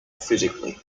physically